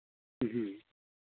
ꯎꯝ